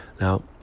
Now